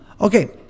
okay